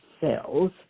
cells